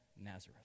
Nazareth